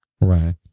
right